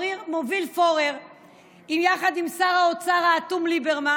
פורר יחד עם שר האוצר האטום ליברמן,